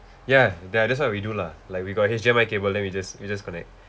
ya ya that's what we do lah like we got H_D_M_I cable then we just we just connect